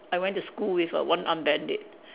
I went to school with a one arm bandage